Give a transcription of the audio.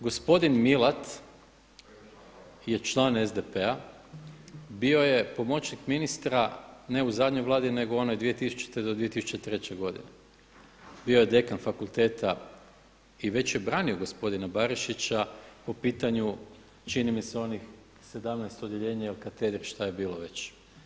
Gospodin Milat je član SDP-a, bio je pomoćnik ministra, ne u zadnjoj Vladi nego u onoj 2000. do 2003. godine, bio je dekan fakulteta i već je branio gospodina Barišića po pitanju čini mi se onih 17 odjeljenja ili katedri, šta je bilo već.